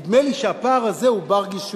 נדמה לי שהפער הזה הוא בר-גישור.